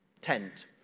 Tent